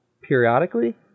periodically